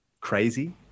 crazy